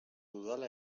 dudala